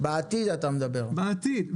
אתה מדבר על העתיד.